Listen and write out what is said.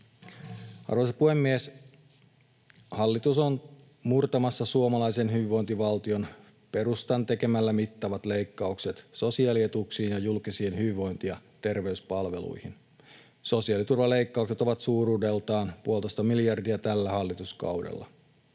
Arvoisa puhemies! Hallitus on murtamassa suomalaisen hyvinvointivaltion perustan tekemällä mittavat leikkaukset sosiaalietuuksiin ja julkisiin hyvinvointi- ja terveyspalveluihin. Sosiaaliturvaleikkaukset ovat suuruudeltaan puolitoista miljardia tällä hallituskaudella.